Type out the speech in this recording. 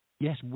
Yes